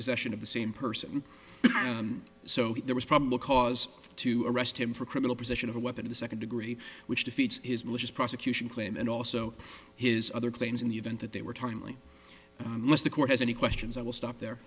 possession of the same person so there was probable cause to arrest him for criminal possession of a weapon the second degree which defeats his malicious prosecution claim and also his other claims in the event that they were timely unless the court has any questions i will stop there